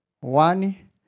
One